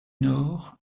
nord